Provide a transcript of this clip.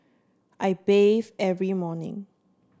I bathe every morning